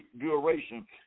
duration